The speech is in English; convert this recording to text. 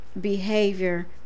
behavior